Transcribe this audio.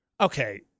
Okay